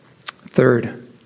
Third